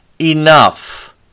Enough